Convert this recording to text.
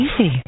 easy